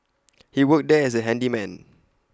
he worked there as A handyman